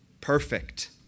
perfect